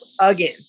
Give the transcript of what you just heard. again